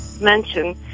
mention